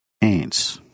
Ants